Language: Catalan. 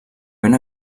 ben